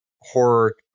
horror